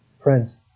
friends